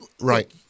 Right